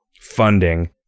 funding